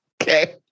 okay